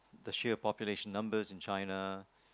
the share population numbers in China